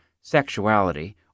sexuality